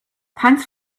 thanks